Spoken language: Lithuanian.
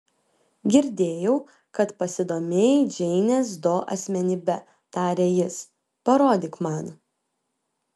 girdėjau kad pasidomėjai džeinės do asmenybe tarė jis parodyk man